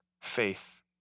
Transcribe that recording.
faith